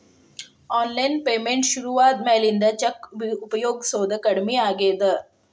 online payment ಶುರುವಾದ ಮ್ಯಾಲಿಂದ cheque ಉಪಯೊಗಸೋದ ಕಡಮಿ ಆಗೇದ